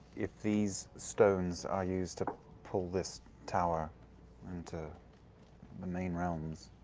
if these stones are used to pull this tower into the main realms,